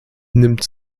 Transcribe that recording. nimmt